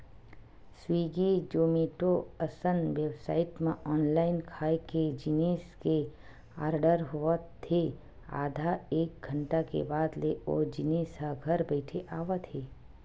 Swiggy, Zomato असन website म online खाए के जिनिस के आरडर होत हे आधा एक घंटा के बाद ले ओ जिनिस ह घर बइठे आवत हे